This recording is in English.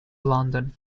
london